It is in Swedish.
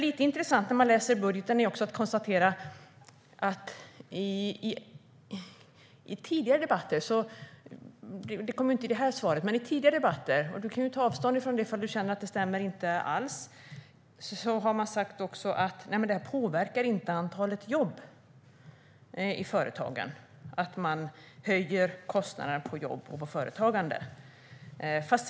I tidigare debatter har man sagt, och Raimo Pärssinen kan ta avstånd från det om han känner att det inte alls stämmer, att det inte påverkar antalet jobb i företagen att man höjer kostnaderna på jobb och företagande.